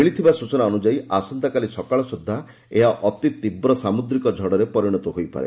ମିଳିଥିବା ସୂଚନା ଅନୁଯାୟୀ ଆସନ୍ତାକାଲି ସକାଳ ସୁବ୍ଧା ଏହା ଅତି ତୀବ୍ର ସାମୁଦ୍ରିକ ଝଡ଼ରେ ପରିଶତ ହୋଇପାରେ